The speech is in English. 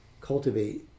cultivate